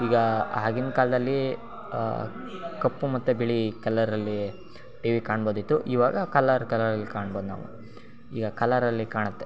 ಈಗ ಆಗಿನ ಕಾಲದಲ್ಲಿ ಕಪ್ಪು ಮತ್ತು ಬಿಳಿ ಕಲ್ಲರಲ್ಲಿ ಟಿ ವಿ ಕಾಣ್ಬೋದಿತ್ತು ಇವಾಗ ಕಲರ್ ಕಲರಲ್ಲಿ ಕಾಣ್ಬೋದು ನಾವು ಈಗ ಕಲರಲ್ಲಿ ಕಾಣುತ್ತೆ